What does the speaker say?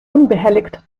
unbehelligt